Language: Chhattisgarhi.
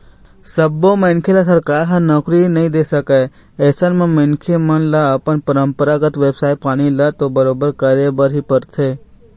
सब्बो मनखे ल सरकार ह नउकरी नइ दे सकय अइसन म मनखे मन ल अपन परपंरागत बेवसाय पानी ल तो बरोबर करे बर ही परथे